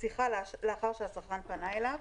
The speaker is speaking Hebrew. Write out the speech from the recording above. שיחה לאחר שהצרכן פנה אליו.